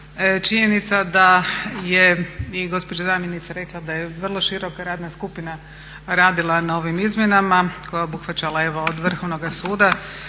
činjenica je da je i gospođa zamjenica rekla da je vrlo široka radna skupina radila na ovim izmjenama koje je obuhvaćala od Vrhovnog suda,